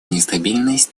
нестабильность